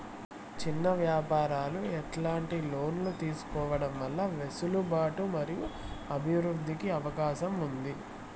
చిన్న వ్యాపారాలు ఎట్లాంటి లోన్లు తీసుకోవడం వల్ల వెసులుబాటు మరియు అభివృద్ధి కి అవకాశం ఉంది?